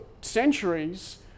centuries